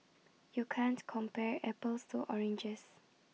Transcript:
you can't compare apples to oranges